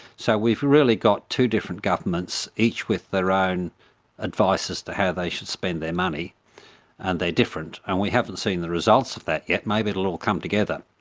so we've really got two different governments, each with their own advises to how they should spend their money and they're different, and we haven't seen the results of that yet, maybe they'll all come together.